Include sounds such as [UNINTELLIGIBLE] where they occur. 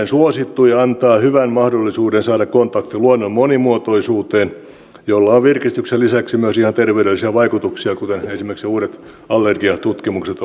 [UNINTELLIGIBLE] suosittu ja antaa hyvän mahdollisuuden saada kontakti luonnon monimuotoisuuteen jolla on virkistyksen lisäksi myös ihan terveydellisiä vaikutuksia kuten esimerkiksi uudet allergiatutkimukset [UNINTELLIGIBLE]